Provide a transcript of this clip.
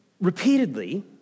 repeatedly